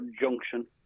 junction